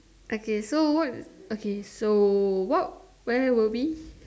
okay so what okay so what where were we